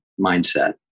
mindset